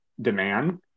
demand